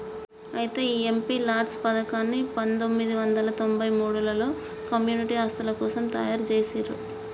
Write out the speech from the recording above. అయితే ఈ MP LADS పథకాన్ని పందొమ్మిది వందల తొంభై మూడులలో కమ్యూనిటీ ఆస్తుల కోసం తయారు జేసిర్రు